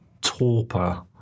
torpor